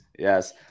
Yes